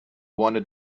wanted